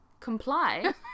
comply